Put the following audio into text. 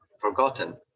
forgotten